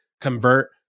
convert